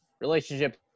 relationship